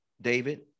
David